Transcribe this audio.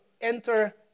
enter